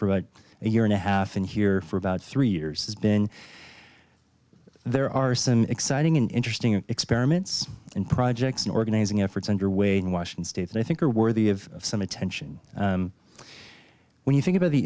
for a year and a half and here for about three years has been there are some exciting and interesting experiments in projects and organizing efforts underway in washington state that i think are worthy of some attention when you think about the